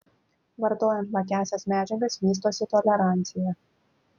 vartojant lakiąsias medžiagas vystosi tolerancija